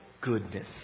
goodness